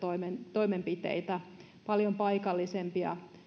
toimenpiteitä paljon paikallisempia